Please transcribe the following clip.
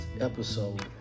episode